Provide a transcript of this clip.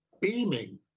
beaming